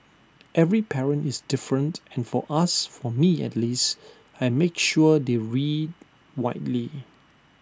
every parent is different and for us for me at least I make sure they read widely